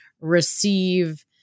receive